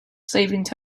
savings